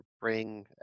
bring